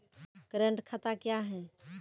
Current खाता क्या हैं?